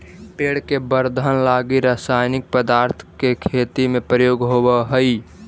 पेड़ के वर्धन लगी रसायनिक पदार्थ के खेती में प्रयोग होवऽ हई